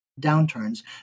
downturns